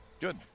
Good